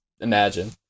imagine